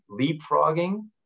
leapfrogging